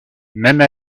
même